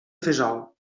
fesol